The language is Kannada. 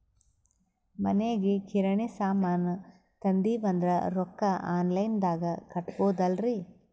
ಮನಿಗಿ ಕಿರಾಣಿ ಸಾಮಾನ ತಂದಿವಂದ್ರ ರೊಕ್ಕ ಆನ್ ಲೈನ್ ದಾಗ ಕೊಡ್ಬೋದಲ್ರಿ?